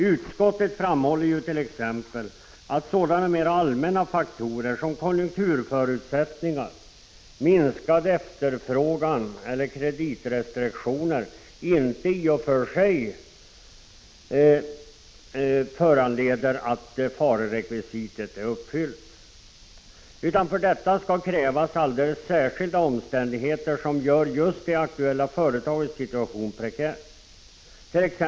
Utskottet framhåller t.ex. att sådana mera allmänna faktorer som konjunkturförändringar, minskad efterfrågan eller kreditrestriktioner inte i och för sig föranleder att farerekvisitet är uppfyllt. För detta skall krävas alldeles särskilda omständigheter som gör just det aktuella företagets situation prekär.